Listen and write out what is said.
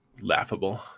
Laughable